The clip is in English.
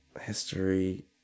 History